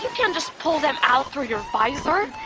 you can't just pull them out through your visor!